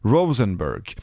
Rosenberg